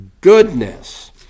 goodness